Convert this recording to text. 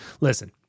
Listen